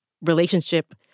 relationship